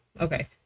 okay